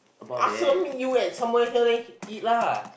ask her meet you at somewhere here then you can eat lah